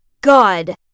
God